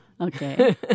Okay